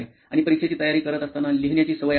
आणि परीक्षेची तयारी करत असताना लिहिण्याची सवय आहे का